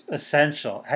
essential